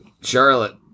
Charlotte